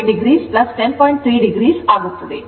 3o ಆಗುತ್ತದೆ